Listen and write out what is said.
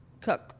cook